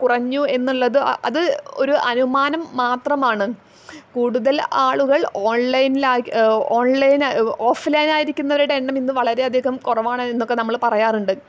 കുറഞ്ഞു എന്നുള്ളത് ഒരു അനുമാനം മാത്രമാണ് കൂടുതൽ ആളുകൾ ഓഫ്ലൈനായിരിക്കുന്നവരടെ എണ്ണം ഇന്ന് വളരെ അധികം കുറവാണ് എന്നൊക്കെ നമ്മൾ പറയാറുണ്ട്